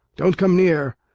don't come near!